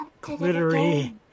glittery